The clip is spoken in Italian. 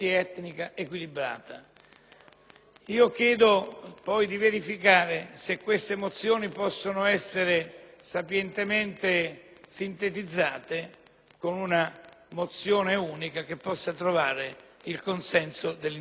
Chiedo di verificare se queste mozioni possano essere sapientemente sintetizzate in una unica, che possa trovare il consenso dell'intero Parlamento.